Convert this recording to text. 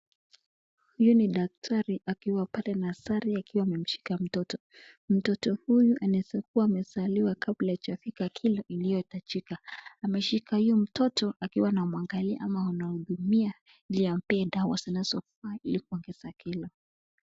Huyu ni daktari akiwa pale nasari akiwa amemshika mtoto. Mtoto huyu anaezakuwa amezaliwa kabla hajafika kilo iliyohitajika. Amemshika huyu mtoto akiwa anamwangalia ama anamhudumia ili ampee dawa zinazofaa ili kuongeza kilo.